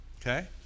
okay